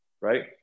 right